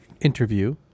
interview